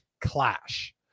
clash